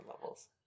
levels